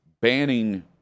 banning